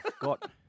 got